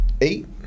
eight